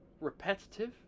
repetitive